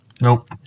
Nope